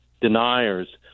deniers